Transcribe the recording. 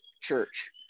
church